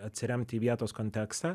atsiremti į vietos kontekstą